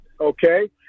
Okay